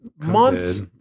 months